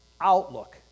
outlook